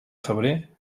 febrer